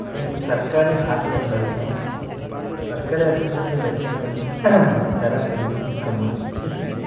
ಹೀಗೆ ಸರ್ಕಾರಿ ಹಾಸ್ಪಿಟ್ಲಲ್ಲಿ ಸರ್ಕಾರಿ ಹಾಸ್ಪಿಟಲ್ಲಿ ವೆಚ್ಚ ಕಮ್ಮಿ ದರ ಕಮ್ಮಿ ದುಡ್ಡು ಕಮ್ಮಿ